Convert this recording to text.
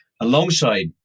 alongside